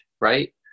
Right